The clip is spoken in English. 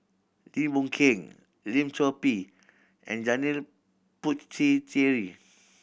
Lim Boon Keng Lim Chor Pee and Janil Puthucheary